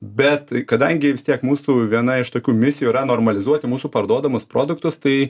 bet kadangi vis tiek mūsų viena iš tokių misijų yra normalizuoti mūsų parduodamus produktus tai